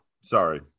Sorry